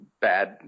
bad